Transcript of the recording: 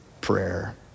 prayer